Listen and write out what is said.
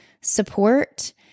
support